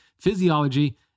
physiology